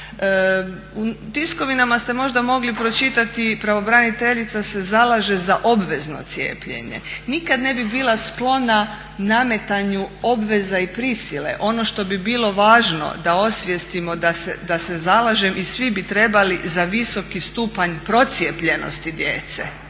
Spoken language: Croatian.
U tiskovinama ste možda mogli pročitati, pravobraniteljica se zalaže za obvezno cijepljenje. Nikad ne bi bila sklona nametanju obveza i prisile, ono što bi bilo važno da osvijestimo da se zalažem i svi bi trebali za visoki stupanj procijepljenosti djece.